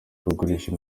kugurisha